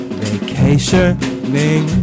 vacationing